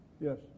Yes